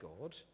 God